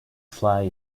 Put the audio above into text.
fly